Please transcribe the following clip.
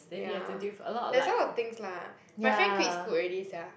ya there's a lot of things lah my friend quit Scoot already sia